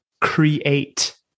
create